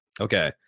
Okay